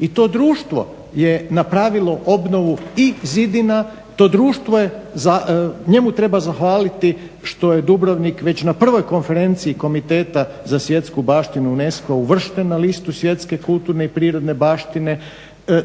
I to društvo je napravilo obnovu i zidina, tom društvu treba zahvaliti što je Dubrovnik već na prvoj konferenciji Komiteta za svjetsku baštinu UNESCO-a uvršten na listu svjetske kulturne i prirodne baštine.